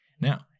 Now